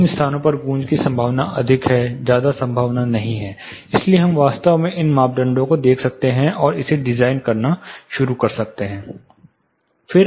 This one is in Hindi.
इन स्थानों पर गूंज की संभावना अधिक है ज्यादा संभावना नहीं है इसलिए हम वास्तव में इन मापदंडों को देख सकते हैं और इसे डिजाइन करना शुरू कर सकते हैं